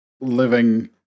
living